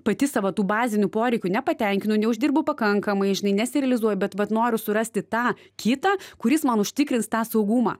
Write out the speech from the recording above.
pati savo tų bazinių poreikių nepatenkinu neuždirbu pakankamai žinai nesirealizuoju bet vat noriu surasti tą kitą kuris man užtikrins tą saugumą